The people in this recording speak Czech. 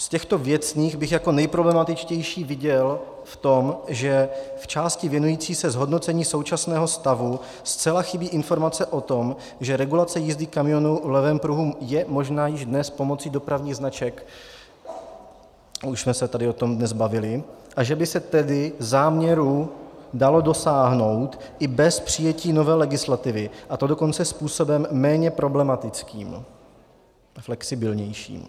Z těch věcných bych jako nejproblematičtější viděl to, že v části věnující se zhodnocení současného stavu zcela chybí informace o tom, že regulace jízdy kamionů v levém pruhu je možná již dnes s pomocí dopravních značek, už jsme se tady o tom dnes bavili, a že by se tedy záměru dalo dosáhnout i bez přijetí nové legislativy, a to dokonce způsobem méně problematickým a flexibilnějším.